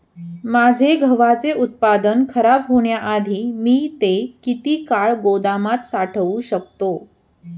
माझे गव्हाचे उत्पादन खराब होण्याआधी मी ते किती काळ गोदामात साठवू शकतो?